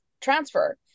transfer